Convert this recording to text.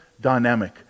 dynamic